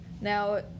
Now